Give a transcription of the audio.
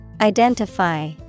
Identify